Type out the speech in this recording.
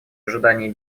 ожидании